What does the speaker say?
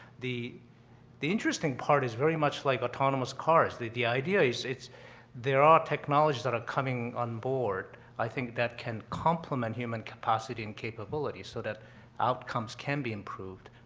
the the interesting part is very much like autonomous cars, the the idea is there are technologies that are coming onboard i think that can complement human capacity and capabilities so that outcomes can be improved,